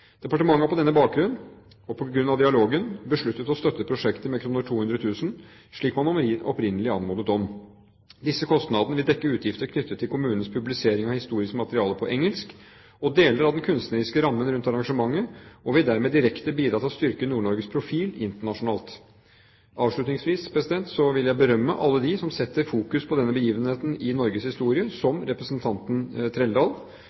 Departementet har på denne bakgrunn, og på grunn av dialogen, besluttet å støtte prosjektet med 200 000 kr, slik man opprinnelig ble anmodet om. Disse kostnadene vil dekke utgiftene knyttet til kommunens publisering av historisk materiale på engelsk og deler av den kunstneriske rammen rundt arrangementet, og vil dermed direkte bidra til å styrke Nord-Norges profil internasjonalt. Avslutningsvis vil jeg berømme alle dem som setter fokus på denne begivenheten i Norges historie – som